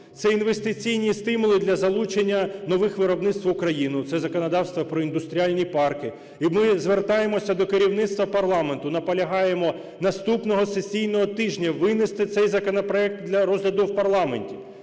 Це інвестиційні стимули для залучення нових виробництв в Україну, це законодавство про індустріальні парки. І ми звертаємося до керівництва парламенту, наполягаємо наступного сесійного тижня винести цей законопроект для розгляду в парламенті,